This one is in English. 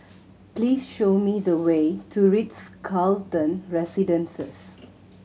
please show me the way to Ritz Carlton Residences